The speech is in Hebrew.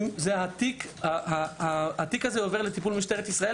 התיק הזה עובר לטיפול משטרת ישראל